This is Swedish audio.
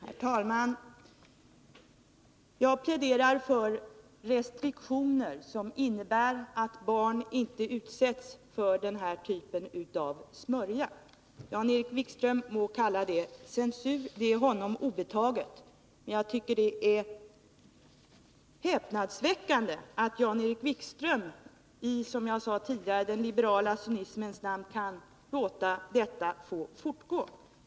Herr talman! Jag pläderar för restriktioner som innebär att barn inte utsätts för den här typen av smörja. Jan-Erik Wikström må kalla det censur, det är honom obetaget. Jag tycker att det är häpnadsväckande att Jan-Erik Wikström i den, som jag sade tidigare, liberala cynismens namn kan låta detta få fortgå.